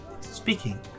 Speaking